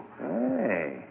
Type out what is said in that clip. Hey